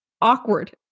awkward